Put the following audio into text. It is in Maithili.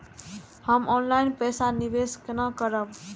हम ऑनलाइन पैसा निवेश केना करब?